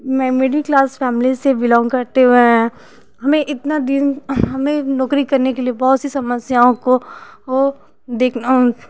मैं middle class family से belong करती हूँ मैं इतना दिन हमें नौकरी करने के लिए बहुत सी समस्याओं को वो देखना